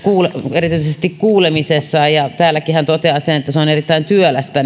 erityisesti kuulemisessaan ja täälläkin hän toteaa sen että tietopyyntöihin on joskus erittäin työlästä